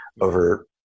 over